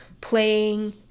playing